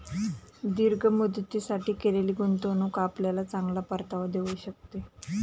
दीर्घ मुदतीसाठी केलेली गुंतवणूक आपल्याला चांगला परतावा देऊ शकते